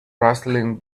rustling